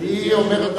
אדוני היושב-ראש,